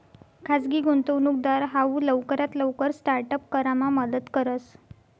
खाजगी गुंतवणूकदार हाऊ लवकरात लवकर स्टार्ट अप करामा मदत करस